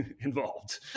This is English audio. involved